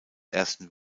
ersten